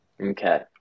okay